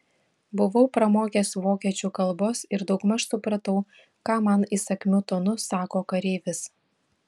buvau pramokęs vokiečių kalbos ir daugmaž supratau ką man įsakmiu tonu sako kareivis